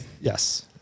Yes